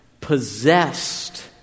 possessed